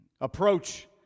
approach